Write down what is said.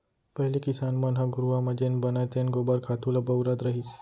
पहिली किसान मन ह घुरूवा म जेन बनय तेन गोबर खातू ल बउरत रहिस